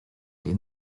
les